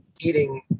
eating